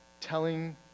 telling